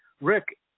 Rick